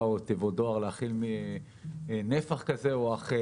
או תיבות דואר להכיל מנפח כזה או אחר,